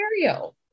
scenario